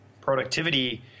productivity